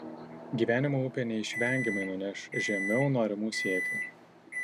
gyvenimo upė neišvengiamai nuneš žemiau norimų siekių